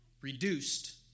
reduced